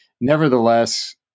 nevertheless